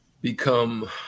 become